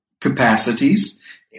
capacities